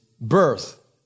birth